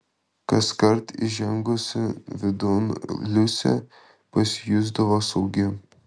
kaskart įžengusi vidun liusė pasijusdavo saugi